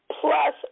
plus